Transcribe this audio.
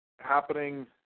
happening